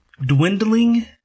dwindling